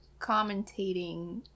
commentating